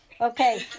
Okay